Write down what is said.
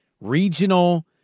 regional